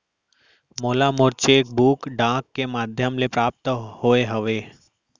मोला मोर cheque book डाक के मध्याम ले प्राप्त होय हवे